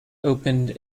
opened